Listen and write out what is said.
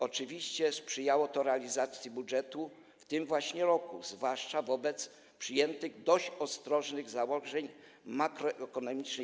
Oczywiście sprzyjało to realizacji budżetu w tym właśnie roku, zwłaszcza wobec przyjętych dość ostrożnych założeń makroekonomicznych.